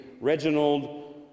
Reginald